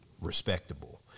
respectable